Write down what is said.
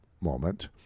moment